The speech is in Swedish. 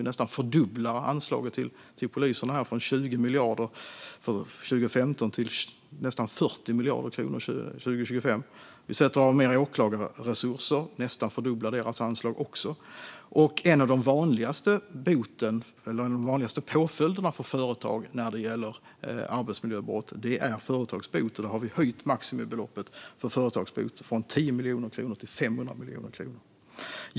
Vi nästan fördubblar anslaget till polisen från 20 miljarder 2015 till nästan 40 miljarder kronor 2025. Vi sätter av mer åklagarresurser. Vi nästan fördubblar också deras anslag. En av de vanligaste påföljderna för företag när det gäller arbetsmiljöbrott är företagsbot. Där har vi höjt maximibeloppet för företagsbot från 10 miljoner kronor till 500 miljoner kronor. Fru talman!